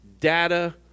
data